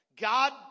God